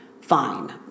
fine